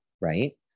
Right